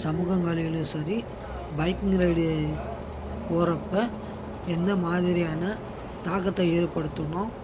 சமூகங்களிலேயும் சரி biking riding போகிறப்ப எந்த மாதிரியான தாக்கத்தை ஏற்படுத்தணும்